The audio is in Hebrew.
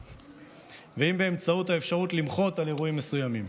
ואם באמצעות האפשרות למחות על אירועים מסוימים.